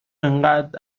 انقد